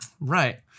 Right